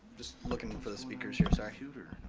just looking for the speakers here, sorry.